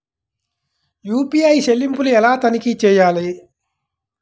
UPI చెల్లింపులు ఎలా తనిఖీ చేయాలి?